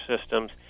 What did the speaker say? systems